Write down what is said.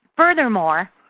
Furthermore